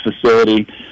facility